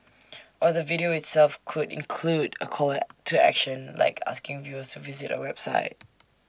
or the video itself could include A call to action like asking viewers to visit A website